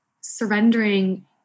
surrendering